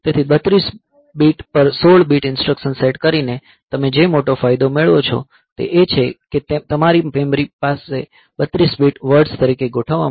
તેથી 32 બીટ પર 16 bit instruction set કરીને તમે જે મોટો ફાયદો મેળવો છો તે એ છે કે તમારી મેમરી 32 બીટ વર્ડ્સ તરીકે ગોઠવવામાં આવે છે